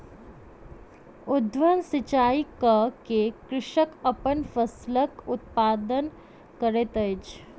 उद्वहन सिचाई कय के कृषक अपन फसिलक उत्पादन करैत अछि